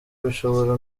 bishobora